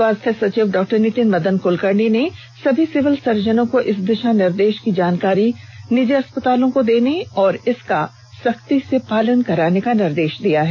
स्वास्थ्य सचिव डॉक्टर नितिन मदन कुलकर्णी ने सभी सिविल सर्जनों को इस दिषा निर्देष की जानकारी सभी निजी अस्पतालों को देने और इसका सख्ती से पालन कराने का निर्देष दिया है